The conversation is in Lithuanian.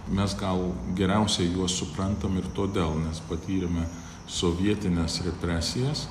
mes gal geriausiai juos suprantam ir todėl mes patyrėme sovietines represijas